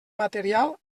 material